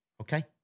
okay